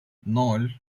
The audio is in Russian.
ноль